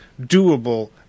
doable